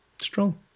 Strong